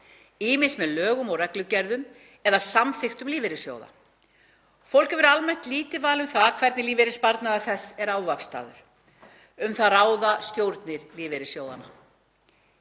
ýmist með lögum og reglugerðum eða samþykktum lífeyrissjóða. Fólk hefur almennt lítið val um það hvernig lífeyrissparnaður þess er ávaxtaður. Um það ráða stjórnir lífeyrissjóðanna